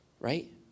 right